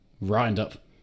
roundup